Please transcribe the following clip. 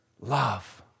Love